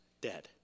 dead